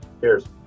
Cheers